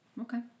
Okay